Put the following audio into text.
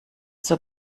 zur